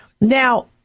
Now